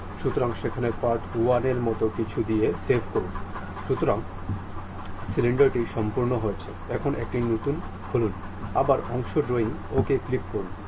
সুতরাং এখন এটি সলিডওয়ার্কস বৈশিষ্ট্যগুলিতে গতি অধ্যয়ন ছিল